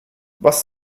was